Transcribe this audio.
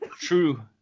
true